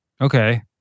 Okay